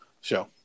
show